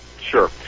Sure